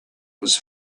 was